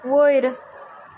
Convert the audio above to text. वयर